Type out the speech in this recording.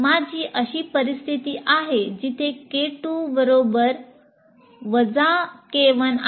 माझी अशी परिस्थिती आहे जिथे K2 बरोबर K1 आहे